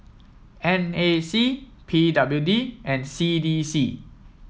N A C P W D and C D C